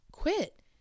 quit